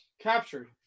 captured